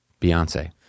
Beyonce